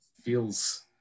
feels